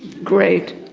great!